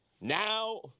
now